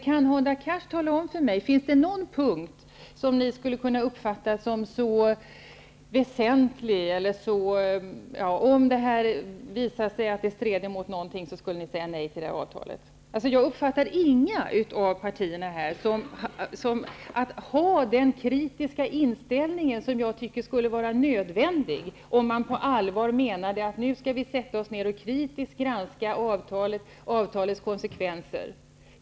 Kan Hadar Cars tala om för mig om det finns någon punkt som ni skulle kunna uppfatta som så väsentlig, t.ex. att det strider mot något, att ni skulle kunna säga nej till avtalet? Jag har uppfattat det så att ingen av partierna här har den kritiska inställning som jag tycker skulle vara nödvändig. Det är fråga om att på allvar kritiskt granska avtalets konsekvenser.